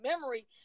memory